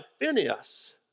Phineas